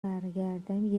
برگردم